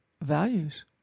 values